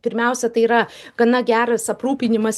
pirmiausia tai yra gana geras aprūpinimas